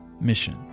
mission